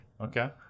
Okay